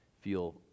feel